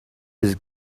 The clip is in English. his